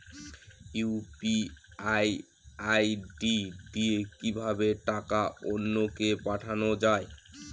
UPI ID দিয়ে কিভাবে টাকা অন্য কে পাঠানো যায়?